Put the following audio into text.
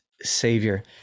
Savior